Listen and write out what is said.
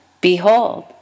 behold